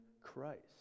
Christ